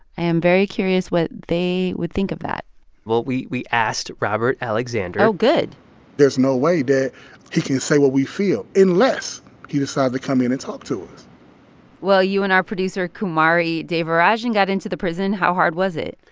i am very curious what they would think of that well, we we asked robert alexander oh, good there's no way that he can say what we feel unless he decides to come in and talk to us well, you and our producer kumari devarajan got into the prison. how hard was it?